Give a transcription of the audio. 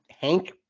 Hank